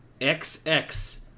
XX